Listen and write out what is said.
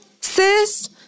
sis